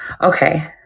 okay